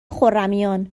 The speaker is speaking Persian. خرمیان